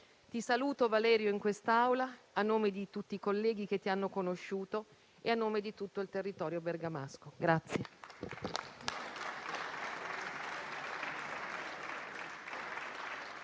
Ti saluto, Valerio, in quest'Aula, a nome di tutti i colleghi che ti hanno conosciuto e a nome di tutto il territorio bergamasco.